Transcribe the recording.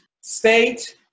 state